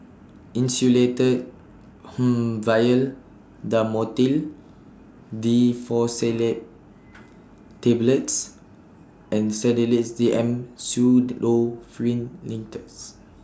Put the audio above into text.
Insulatard Vial Dhamotil Diphenoxylate Tablets and Sedilix D M Pseudoephrine Linctus